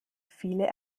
viele